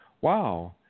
wow